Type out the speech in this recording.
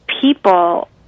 people